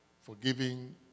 Forgiving